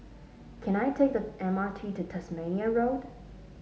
can I take the M R T to Tasmania Road